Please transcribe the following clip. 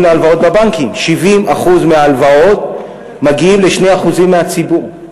להלוואות בבנקים: 70% מההלוואות מגיעים ל-2% מהציבור.